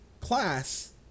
class